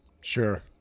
Sure